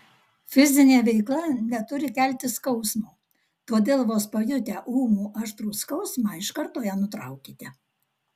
fizinė veikla neturi kelti skausmo todėl vos pajutę ūmų aštrų skausmą iš karto ją nutraukite